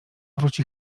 wróci